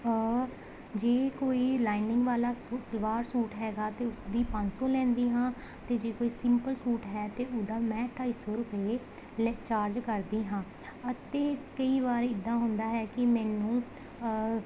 ਜੇ ਕੋਈ ਲਾਈਨਿੰਗ ਵਾਲਾ ਸੂਟ ਸਲਵਾਰ ਸੂਟ ਹੈਗਾ ਤਾਂ ਉਸਦੀ ਪੰਜ ਸੌ ਲੈਂਦੀ ਹਾਂ ਅਤੇ ਜੇ ਕੋਈ ਸਿੰਪਲ ਸੂਟ ਹੈ ਤਾਂ ਉਹਦਾ ਮੈਂ ਢਾਈ ਸੌ ਰੁਪਏ ਲੈ ਚਾਰਜ ਕਰਦੀ ਹਾਂ ਅਤੇ ਕਈ ਵਾਰੀ ਇੱਦਾਂ ਹੁੰਦਾ ਹੈ ਕਿ ਮੈਨੂੰ